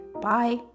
Bye